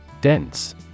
Dense